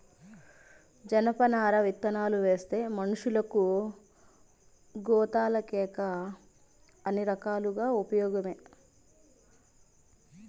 జనపనార విత్తనాలువేస్తే మనషులకు, గోతాలకేకాక అన్ని రకాలుగా ఉపయోగమే